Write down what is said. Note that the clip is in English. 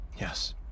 Yes